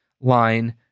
line